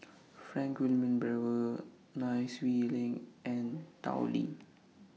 Frank Wilmin Brewer Nai Swee Leng and Tao Li